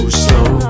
slow